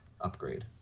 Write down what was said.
upgrade